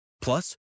Plus